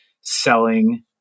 selling